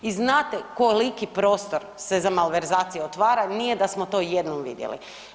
I znate koliki prostor se za malverzaciju otvara, nije da smo to jednom vidjeli.